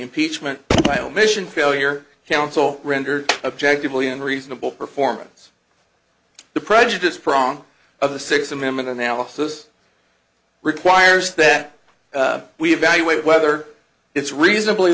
impeachment by omission failure counsel render objectively unreasonable performance the prejudice prong of the sixth amendment analysis requires that we evaluate whether it's reasonably